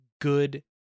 good